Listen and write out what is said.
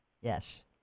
yes